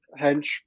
hench